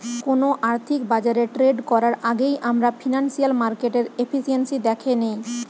কোনো আর্থিক বাজারে ট্রেড করার আগেই আমরা ফিনান্সিয়াল মার্কেটের এফিসিয়েন্সি দ্যাখে নেয়